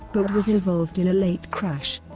but was involved in a late crash.